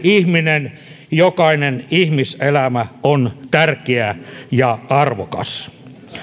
ihminen jokainen ihmiselämä on tärkeä ja arvokas